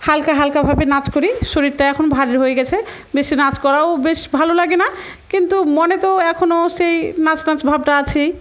হালকা হালকাভাবে নাচ করি শরীরটা এখন ভারীর হয়ে গেছে বেশি নাচ করাও বেশ ভালো লাগে না কিন্তু মনে তো এখনও সেই নাচ নাচ ভাবটা আছেই